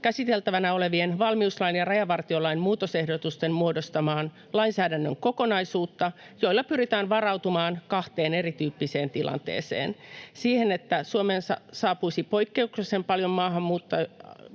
käsiteltävänä olevien valmiuslain ja rajavartiolain muutosehdotusten muodostamaa lainsäädännön kokonaisuutta, jolla pyritään varautumaan kahteen erityyppiseen tilanteeseen: siihen, että Suomeen saapuisi poikkeuksellisen paljon maahantulijoita